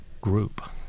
group